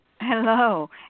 Hello